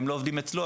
הם לא עובדים אצלו,